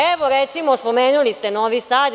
Evo, recimo, spomenuli ste Novi Sad.